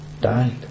died